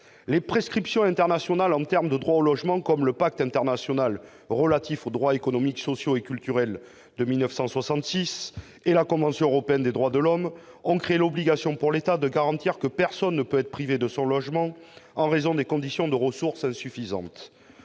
les prescriptions internationales en termes de droit au logement, comme le pacte international relatif aux droits économiques, sociaux et culturels de 1966 et la convention européenne des droits de l'homme, l'État doit garantir le fait que personne ne peut être privé de son logement en raison de conditions de ressources insuffisantes.